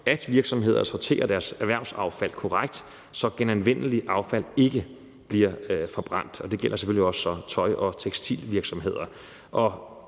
at virksomheder sorterer deres erhvervsaffald korrekt, så genanvendeligt affald ikke bliver forbrændt, og det gælder selvfølgelig også for tøj- og tekstilvirksomheder.